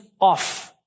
off